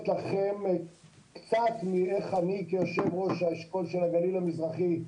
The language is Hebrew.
לכם קצת מנקודת המבט שלי כיושב ראש אשכול הגליל המזרחי,